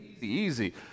easy